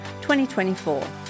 2024